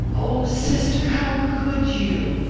oh, sister, how could you?